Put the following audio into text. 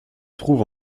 trouve